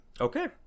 Okay